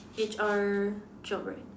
H_R job right